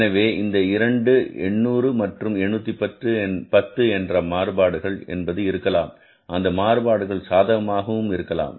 எனவே இந்த இரண்டு 800 மற்றும் 810 என்ற மாறுபாடுகள் என்பது இருக்கலாம் அந்த மாறுபாடுகள் சாதகமாகும் இருக்கலாம்